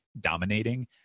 dominating